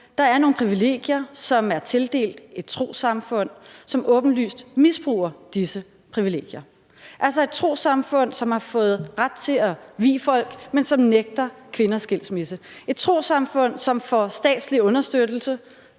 der er et trossamfund, som er tildelt nogle privilegier, og som åbenlyst misbruger disse privilegier. Det er et trossamfund, som har fået ret til at vie folk, men som nægter kvinder skilsmisse. Det er et trossamfund, som får statslig understøttelse,